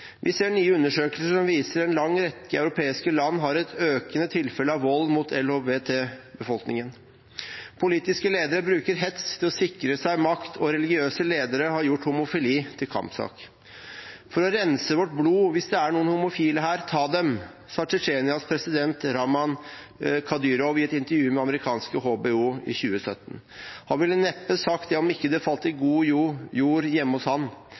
Vi ser nye undersøkelser som viser at en lang rekke europeiske land har økende tilfeller av vold mot LHBT-befolkningen. Politiske ledere bruker hets for å sikre seg makt, og religiøse ledere har gjort homofili til en kampsak. «For å rense vårt blod, hvis det er noen homofile her, ta dem», sa Tsjetsjenias president Ramzan Kadyrov i et intervju med amerikanske HBO i 2017. Han ville neppe sagt det om det ikke falt i god jord